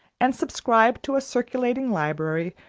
and subscribed to a circulating library,